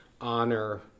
honor